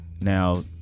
Now